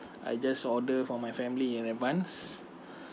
I just order for my family in advance